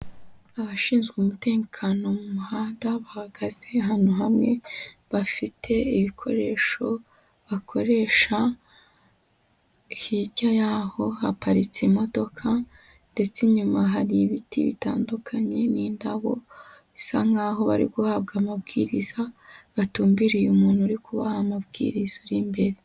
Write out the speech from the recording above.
Abashinzwe umutekano mu muhanda bahagaze ahantu hamwe, bafite ibikoresho bakoresha, hirya y'aho haparitse imodoka ndetse inyuma hari ibiti bitandukanye n'indabo, bisa nkaho bari guhabwa amabwiriza batumbiriye umuntu uri kubaha amabwiriza ari imbere.